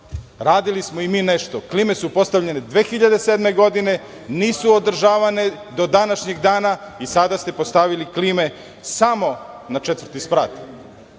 radili smo i mi nešto. Klime su postavljene 2007. godine, nisu održavane do današnjeg dana i sada ste postavili klime samo na četvrti sprat.